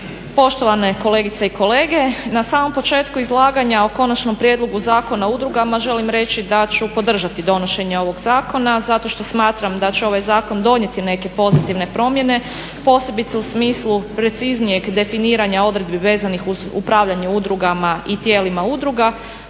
Poštovane kolegice i kolege. Na samom početku izlaganja o Konačnom prijedlogu Zakona o udrugama želim reći da ću podržati donošenje ovog zakona zato što smatram da će ovaj zakon donijeti neke pozitivne promjene, posebice u smislu preciznijeg definiranja odredbi vezanih uz upravljanje udrugama i tijelima udruga,